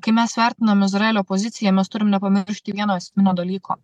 kai mes vertinam izraelio poziciją mes turim nepamiršti vieno esminio dalyko